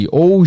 ou